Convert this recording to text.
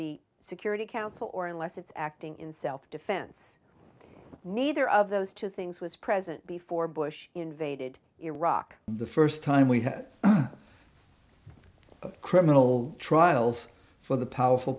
the security council or unless it's acting in self defense neither of those two things was present before bush invaded iraq the first time we had criminal trials for the powerful